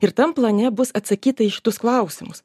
ir tam plane bus atsakyta į šitus klausimus